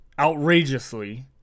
outrageously